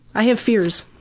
i have fears.